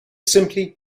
simply